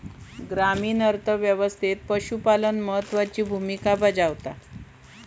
ग्रामीण अर्थ व्यवस्थेत पशुपालन महत्त्वाची भूमिका बजावता